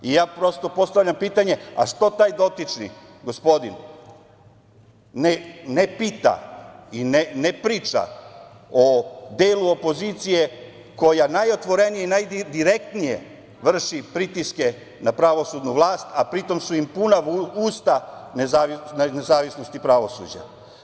I ja postavljam pitanje - a zašto taj dotični gospodin ne pita i ne priča o delu opozicije koja najotvorenije i najdirektnije vrši pritiske na pravosudnu vlast, a pri tom su im puna usta nezavisnosti pravosuđa?